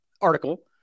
article